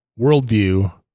Worldview